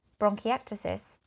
bronchiectasis